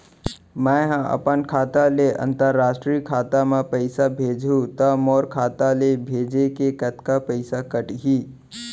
मै ह अपन खाता ले, अंतरराष्ट्रीय खाता मा पइसा भेजहु त मोर खाता ले, भेजे के कतका पइसा कटही?